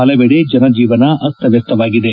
ಪಲವೆಡೆ ಜನಜೀವನ ಅಸ್ತವ್ಯಕ್ತವಾಗಿದೆ